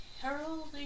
Harold